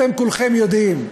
אתם כולכם יודעים,